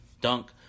dunk